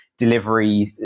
delivery